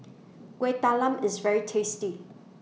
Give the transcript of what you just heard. Kuih Talam IS very tasty